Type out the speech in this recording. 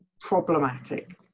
problematic